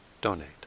donate